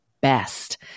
best